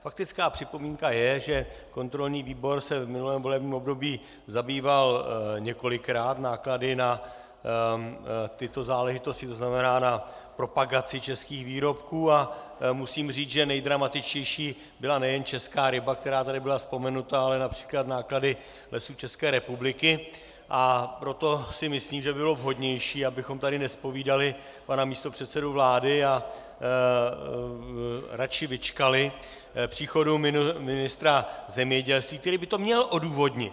Faktická připomínka je, že kontrolní výbor se v minulém volebním období zabýval několikrát náklady na tyto záležitosti, to znamená na propagaci českých výrobků, a musím říci, že nejdramatičtější byla nejen Česká ryba, která tady byla vzpomenuta, ale například náklady Lesů České republiky, a proto si myslím, že by bylo vhodnější, abychom tady nezpovídali pana místopředsedu vlády a raději vyčkali příchodu ministra zemědělství, který by to měl odůvodnit.